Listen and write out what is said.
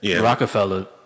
Rockefeller